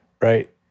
right